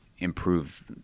improve